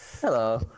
hello